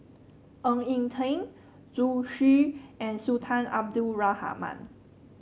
Ng Eng Teng Zhu Xu and Sultan Abdul Rahman